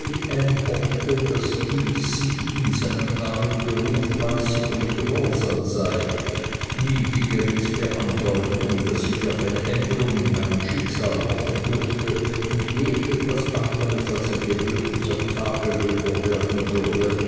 hoffte daß d c in seinem neuen beruf fleißig und gehorsam sei nie die geringste andeutung daß ich auf eine änderung in meinem schicksal hoffen dürfte und je etwas anderes als ein gewöhnlicher taglöhner werden würde